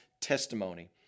testimony